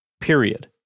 Period